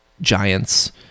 giants